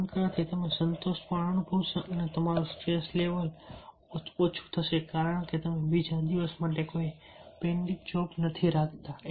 આમ કરવાથી તમે સંતોષ પણ અનુભવશો અને તમારું સ્ટ્રેસ લેવલ ઓછું થશે કારણ કે તમે બીજા દિવસ માટે કોઈ પેન્ડિંગ જોબ નથી રાખતા